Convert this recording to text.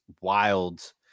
wild